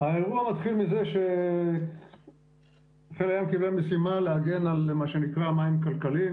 האירוע מתחיל מזה שחיל הים קיבל משימה להגן על מה שנקרא מים כלכליים,